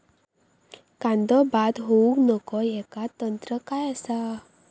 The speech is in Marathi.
कांदो बाद होऊक नको ह्याका तंत्र काय असा?